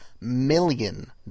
million